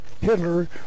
Hitler